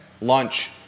lunch